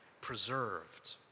preserved